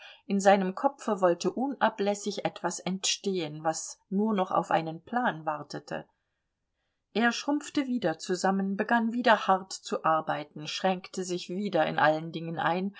in seinem kopfe wollte unablässig etwas entstehen was nur noch auf einen plan wartete er schrumpfte wieder zusammen begann wieder hart zu arbeiten schränkte sich wieder in allen dingen ein